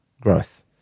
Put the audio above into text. growth